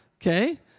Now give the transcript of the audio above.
Okay